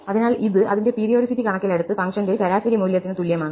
അതിനാൽ ഇത് അതിന്റെ പീരിയോഡിസിറ്റി കണക്കിലെടുത്ത് ഫംഗ്ഷന്റെ ശരാശരി മൂല്യത്തിന് തുല്യമാണ്